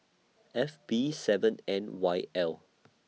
F B seven N Y L